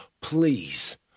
please